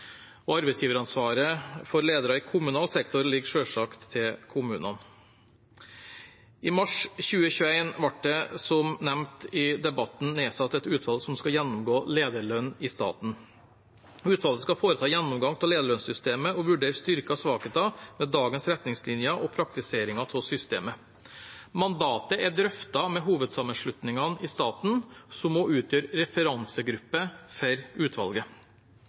Arbeidsgiveransvaret for ledere i kommunal sektor ligger selvsagt hos kommunene. I mars 2021 ble det, som nevnt i debatten, nedsatt et utvalg som skal gjennomgå lederlønnene i staten. Utvalget skal foreta en gjennomgang av lederlønnssystemet og vurdere styrker og svakheter ved dagens retningslinjer og praktiseringen av systemet. Mandatet er drøftet med hovedsammenslutningene i staten, som også utgjør referansegruppe for utvalget.